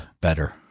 better